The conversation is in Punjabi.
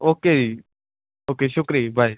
ਓਕੇ ਜੀ ਓਕੇ ਸ਼ੁਕਰੀਆ ਜੀ ਬਾਏ